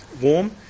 warm